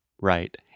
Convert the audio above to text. right